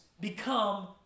become